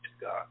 God